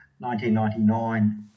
1999